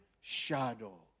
shadow